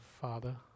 father